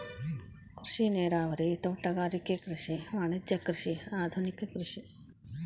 ಕೃಷಿ ನೇರಾವರಿ, ತೋಟಗಾರಿಕೆ ಕೃಷಿ, ವಾಣಿಜ್ಯ ಕೃಷಿ, ಆದುನಿಕ ಕೃಷಿ